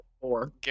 four